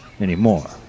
anymore